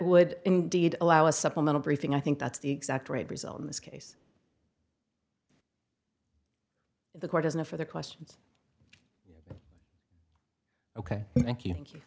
would indeed allow a supplemental briefing i think that's the exact right result in this case the court has no further questions ok thank you thank you